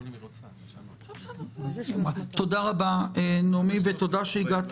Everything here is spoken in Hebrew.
תודה רבה, נעמי, ותודה שהגעת